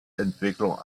entwicklung